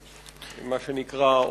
מה שנקרא,